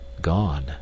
gone